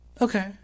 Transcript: okay